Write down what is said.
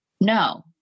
No